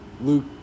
Luke